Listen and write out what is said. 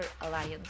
Alliance